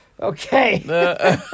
okay